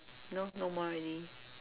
no no more already